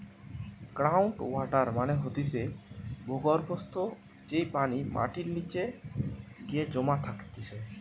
ground water মানে হতিছে ভূর্গভস্ত, যেই পানি মাটির নিচে গিয়ে জমা থাকতিছে